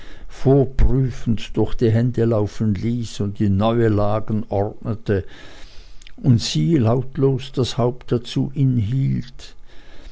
vorprüfend durch die hände laufen ließ und in neue lagen ordnete und sie lautlos das haupt dazu